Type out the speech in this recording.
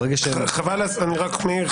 ברגע --- אני רק אומר,